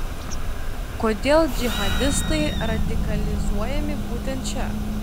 kodėl džihadistai radikalizuojami būtent čia